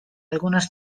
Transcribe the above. algunas